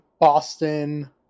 Boston